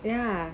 ya